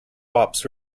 ops